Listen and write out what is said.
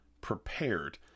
prepared